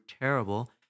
terrible